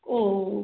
ஓஓ